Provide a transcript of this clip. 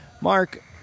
Mark